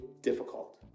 difficult